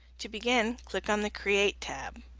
to begin click on the create tab.